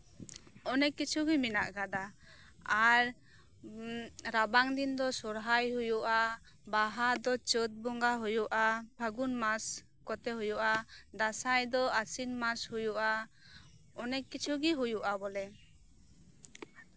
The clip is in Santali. ᱚᱱᱮᱠ ᱠᱤᱪᱷᱩ ᱜᱮ ᱢᱮᱱᱟᱜ ᱠᱟᱫᱟ ᱟᱨ ᱨᱟᱵᱟᱝ ᱫᱤᱱ ᱫᱚ ᱥᱚᱨᱦᱟᱭ ᱦᱩᱭᱩᱜᱼᱟ ᱵᱟᱦᱟ ᱫᱚ ᱪᱟᱹᱛ ᱵᱚᱸᱜᱟ ᱦᱩᱭᱩᱜᱼᱟ ᱯᱷᱟᱹᱜᱩᱱ ᱢᱟᱥ ᱠᱚᱛᱮ ᱦᱩᱭᱩᱜᱼᱟ ᱫᱟᱸᱥᱟᱭ ᱫᱚ ᱟᱥᱤᱱ ᱢᱟᱥ ᱦᱩᱭᱩᱜᱼᱟ ᱚᱱᱮᱠ ᱠᱤᱪᱷᱩ ᱜᱮ ᱦᱩᱭᱩᱜᱼᱟ ᱵᱚᱞᱮ